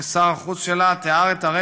וכשר החוץ שלה,